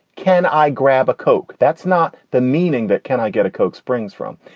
can i grab a coke? that's not the meaning that can i get a coke springs from?